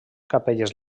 capelles